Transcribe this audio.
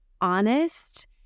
honest